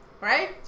Right